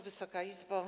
Wysoka Izbo!